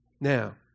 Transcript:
Now